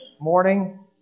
morning